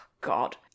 God